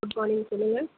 good morning சொல்லுங்க